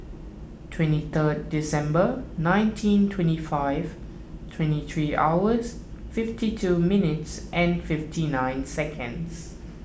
twenty third December nineteen twenty five twenty three hours fifty two minutes and fifty nine seconds